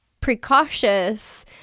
precautious